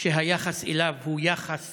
שהיחס אליו הוא יחס